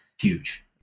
huge